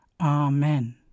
Amen